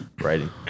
writing